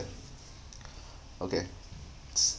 okay